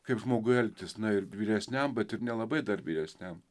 kaip žmogui elgtis na ir vyresniam bet ir nelabai dar vyresniam